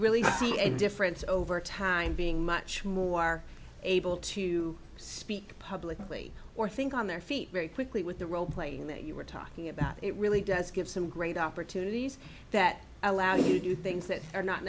really see a difference over time being much more able to speak publicly or think on their feet very quickly with the roleplaying that you were talking about it really does give some great opportunities that allow you to do things that are not